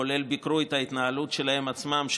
כולל ביקורת על ההתנהלות שלהם עצמם,